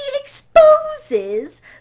exposes